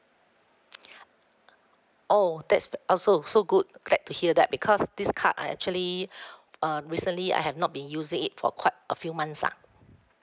oh that's also so good glad to hear that because this card I actually uh recently I have not been using it for quite a few months lah